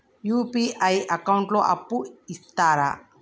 UPI account లో అప్పు ఇస్తరా?